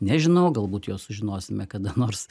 nežinau galbūt juos sužinosime kada nors